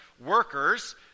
workers